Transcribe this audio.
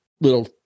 little